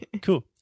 Cool